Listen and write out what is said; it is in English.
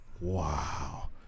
wow